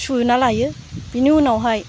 सुना लायो बिनि उनावहाय